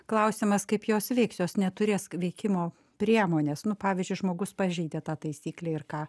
klausimas kaip jos veiks jos neturės k veikimo priemonės nu pavyzdžiui žmogus pažeidė tą taisyklę ir ką